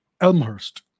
Elmhurst